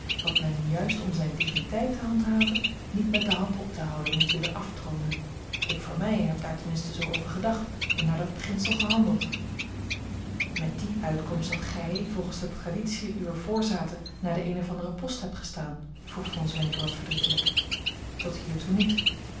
wat men juist om zijne digniteit te handhaven niet met de hand op te houden moest willen aftroonen ik voor mij heb daar ten minste zoo over gedacht en naar dat beginsel gehandeld met die uitkomst dat gij volgens de traditiën uwer voorzaten naar den een of anderen post hebt gestaan vroeg von zwenken wat verdrietelijk tot hiertoe niet